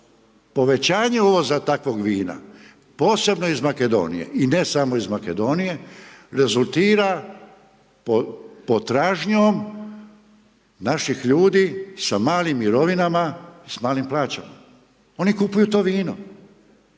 povećanje uvoza takvog vina posebno iz Makedonije i ne samo iz Makedonije, rezultira potražnjom naših ljudi sa malim mirovinama, sa malim plaćama. Oni kupuju to vino.